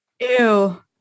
Ew